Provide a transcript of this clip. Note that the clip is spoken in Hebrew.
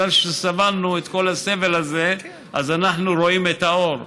שבגלל שסבלנו את כל הסבל הזה אז אנחנו רואים את האור.